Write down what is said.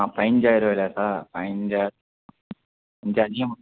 ஆ பதினைஞ்சாயிரருவாயில் சார் பதினஞ்சா கொஞ்சம் அதிகமாக